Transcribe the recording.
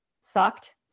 sucked